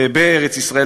בארץ-ישראל,